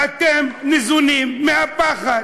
אתם ניזונים מהפחד,